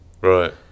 right